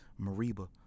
Mariba